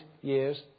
years